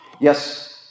Yes